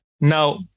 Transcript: Now